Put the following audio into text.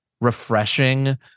refreshing